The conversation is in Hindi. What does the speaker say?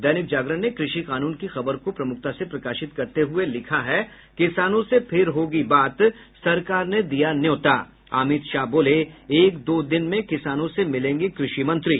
दैनिक जागरण ने कृषि कानून की खबर को प्रमुखता से प्रकाशित करते हये लिखा है किसानों से फिर होगी बात सरकार ने दिया न्योता अमित शाह बोले एक दो दिन में किसानों से मिलेंगे कृषि मंत्री